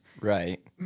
Right